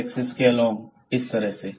x axis के along fxxy x→0xxsin 1x 2xcos1